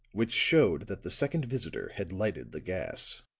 which showed that the second visitor had lighted the gas.